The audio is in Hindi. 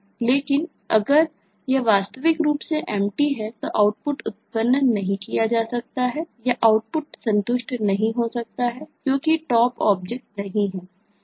लेकिन अगर यह स्वाभाविक रूप से Empty है तो आउटपुट उत्पन्न नहीं किया जा सकता है या आउटपुट संतुष्ट नहीं हो सकता है क्योंकि कोई Top ऑब्जेक्ट नहीं है